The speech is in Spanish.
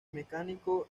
mecánico